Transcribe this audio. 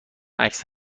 عکس